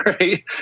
right